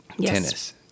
tennis